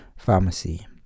Pharmacy